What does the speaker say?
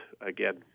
again